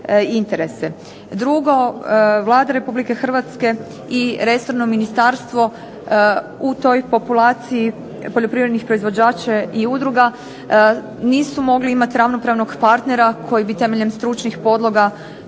Drugo, Vlada Republike Hrvatske i resorno ministarstvo u toj populaciji poljoprivrednih udruga i proizvođača nisu mogli imati ravnopravnog partnera koji bi temeljem stručnih podloga